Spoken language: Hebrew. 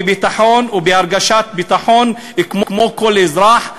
בביטחון ובהרגשת ביטחון כמו כל אזרח.